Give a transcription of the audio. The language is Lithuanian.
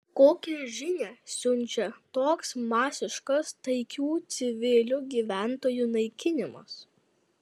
kokią žinią siunčia toks masiškas taikių civilių gyventojų naikinimas